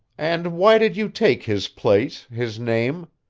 and why did you take his place, his name?